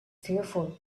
fearful